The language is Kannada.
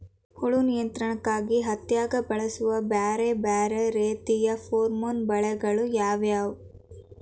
ಹುಳು ನಿಯಂತ್ರಣಕ್ಕಾಗಿ ಹತ್ತ್ಯಾಗ್ ಬಳಸುವ ಬ್ಯಾರೆ ಬ್ಯಾರೆ ರೇತಿಯ ಪೋರ್ಮನ್ ಬಲೆಗಳು ಯಾವ್ಯಾವ್?